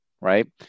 right